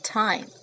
time